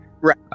right